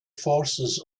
forces